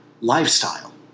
lifestyle